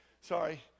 Sorry